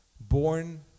born